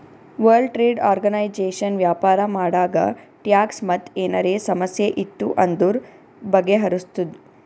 world trade organisation ವ್ಯಾಪಾರ ಮಾಡಾಗ tax ಮತ್ ಏನರೇ ಸಮಸ್ಯೆ ಇತ್ತು ಅಂದುರ್ ಬಗೆಹರುಸ್ತುದ್